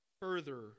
further